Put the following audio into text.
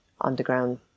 underground